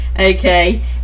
Okay